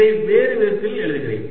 இதை வேறுவிதத்தில் எழுதுகிறேன்